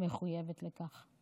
היא מחויבת לכך.